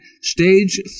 Stage